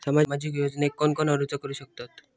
सामाजिक योजनेक कोण कोण अर्ज करू शकतत?